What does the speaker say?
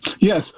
Yes